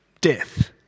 death